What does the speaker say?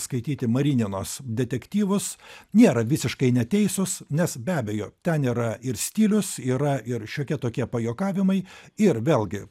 skaityti marininos detektyvus nėra visiškai neteisūs nes be abejo ten yra ir stilius yra ir šiokie tokie pajuokavimai ir vėlgi